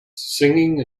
singing